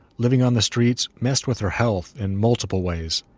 living on the streets messed with her health in multiple ways.